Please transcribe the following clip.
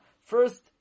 First